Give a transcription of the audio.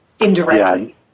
Indirectly